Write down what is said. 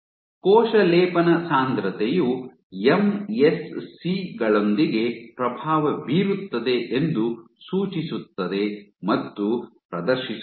ಕೋಶ ಲೇಪನ ಸಾಂದ್ರತೆಯು ಎಂಎಸ್ಸಿ ಗಳೊಂದಿಗೆ ಪ್ರಭಾವ ಬೀರುತ್ತದೆ ಎಂದು ಸೂಚಿಸುತ್ತದೆ ಮತ್ತು ಪ್ರದರ್ಶಿಸುತ್ತದೆ